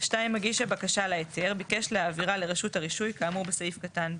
מגיש הבקשה להיתר ביקש להעבירה לרשות הרישוי כאמור בסעיף קטן (ב).